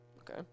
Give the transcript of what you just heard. Okay